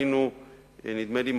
נדמה לי,